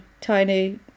tiny